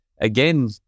again